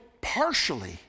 partially